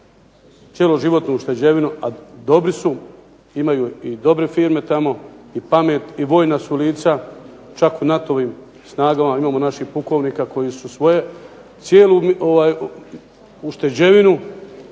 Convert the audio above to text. cjeloživotnu ušteđevinu, a dobri su, imaju i dobre firme tamo i pamet i vojna su lica, čak u NATO-ovim snagama imamo našim pukovnika koji su svoju cijelu ušteđevinu